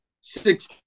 six